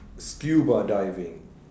scuba diving